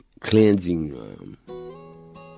cleansing